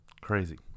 Crazy